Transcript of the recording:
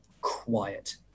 quiet